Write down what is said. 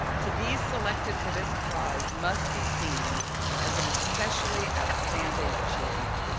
to be selected for this prize, must be seen as an especially outstanding achievement.